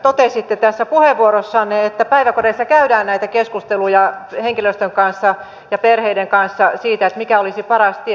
ministeri totesitte itsekin puheenvuorossanne että päiväkodeissa käydään näitä keskusteluja henkilöstön kanssa ja perheiden kanssa siitä mikä olisi paras tie